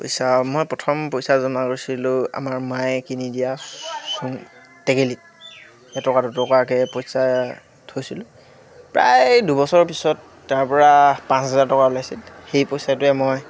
পইচা মই প্ৰথম পইচা জমা কৰিছিলোঁ আমাৰ মায়ে কিনি দিয়া টেকেলিত এটকা দুটকাকৈ পইচা থৈছিলোঁ প্ৰায় দুবছৰৰ পিছত তাৰপৰা পাঁচ হেজাৰ টকা ওলাইছিল সেই পইচাটোৱে মই